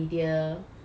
mm